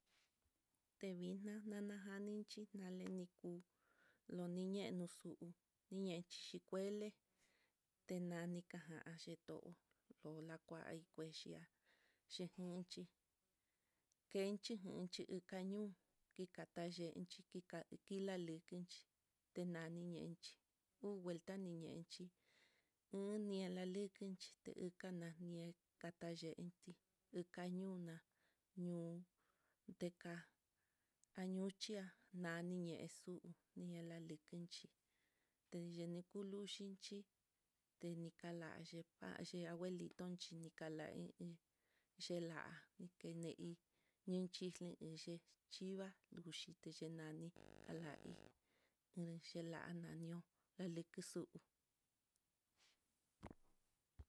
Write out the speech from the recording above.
Tevina nanajani, chí nali ku lonieni xu xhinanixi kuele tenanikajan ac 'ó, tola kuai kuexhia c nchí kenchi i okaño, latayenxi kikai kilalikinxi, tena nenchí ku nguelta ñenchí unian lalikichí teuka nanie katayéti kañuna ñoo teká ñuchia nani, niñexu niñe lalikinxhi teyeni kulunxhichí, tenekalaxhi kuanxhi abuelitonchi nikala i iin dela'a nikeneí, ninchi li ichí chiva luxhite xhinani alahí uni xhila nanio laliki xu'ú.